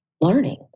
learning